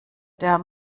der